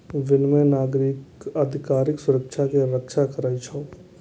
विनियम नागरिक अधिकार आ सुरक्षा के रक्षा करै छै